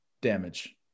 damage